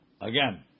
Again